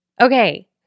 Okay